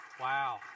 Wow